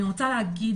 אני רוצה להגיד,